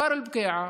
כפר אלבקיעה,